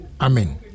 Amen